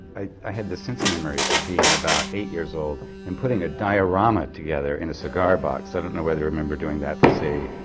i i had this sense memory of being about eight years old and putting a diorama together in a cigar box. i don't know whether you remember doing that for, say,